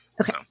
Okay